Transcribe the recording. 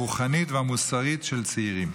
הרוחנית והמוסרית של צעירים.